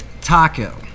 taco